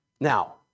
Now